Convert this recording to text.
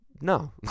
No